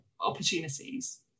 opportunities